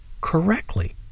correctly